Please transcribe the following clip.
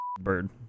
bird